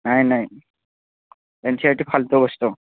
নাই নাই N C E R T ফাল্টু বস্তু